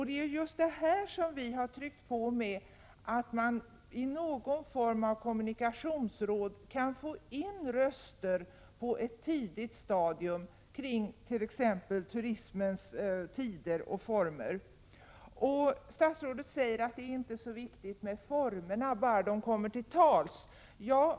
Det är just i det sammanhanget vi har tryckt på, att man med någon form av kommunikationsråd på ett tidigt stadium kan få in olika meningar om t.ex. turismens tider och former. Statsrådet säger att det inte är så viktigt med formerna bara parterna kommer till tals.